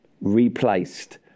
replaced